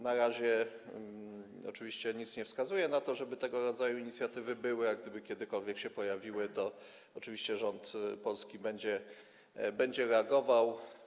Na razie oczywiście nic nie wskazuje na to, żeby tego rodzaju inicjatywy były, a gdyby kiedykolwiek się pojawiły, to oczywiście rząd polski będzie reagował.